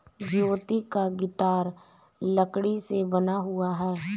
ज्योति का गिटार लकड़ी से बना हुआ है